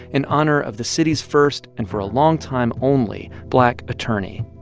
in honor of the city's first and for a long time, only black attorney.